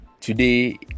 Today